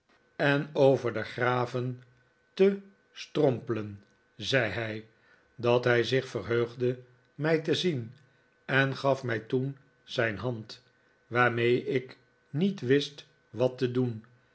en over de graven te strompelen zei hij dat hij zich verheugde mij te zien en gaf mij toen zijn hand waarmee ik niet wist wat te doen